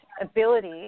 ability